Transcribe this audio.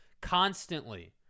constantly